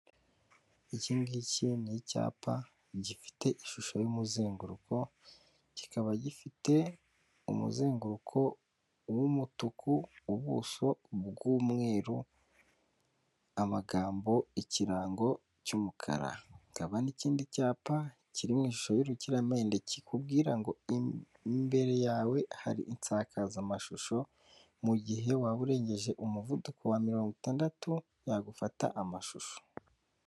Iki ngiki ni icyapa gifite ishusho y'umuzenguruko, kikaba gifite umuzenguruko w'umutuku, ubuso bw'umweru, amagambo, ikirango cy'umukara, hakaba n'ikindi cyapa kiri mu ishusho y'urukiramende kikubwira ngo imbere yawe hari insakazamashusho, mu gihe waba urengeje umuvuduko wa mirongo itandatu yagufata amashusho.